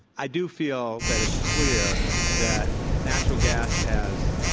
i do feel that it's clear that natural gas has